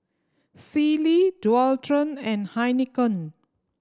Sealy Dualtron and Heinekein